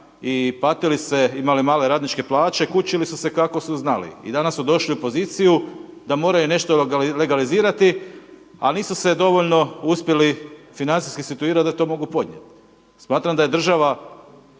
i patili se i imali male radničke plaće kučili su se kako su znali i danas su došli u poziciju da moraju nešto legalizirati a nisu se dovoljno uspjeli financijski situirati da to mogu podnijeti. Smatram da je država